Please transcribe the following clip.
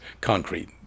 concrete